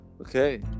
Okay